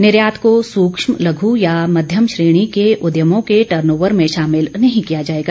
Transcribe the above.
निर्यात को सूक्ष्म लघु या मध्यम श्रेणी के उद्यमों के टर्नओवर में शामिल नहीं किया जाएगा